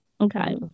Okay